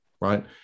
right